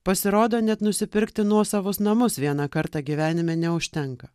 pasirodo net nusipirkti nuosavus namus vieną kartą gyvenime neužtenka